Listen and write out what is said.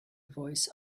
voice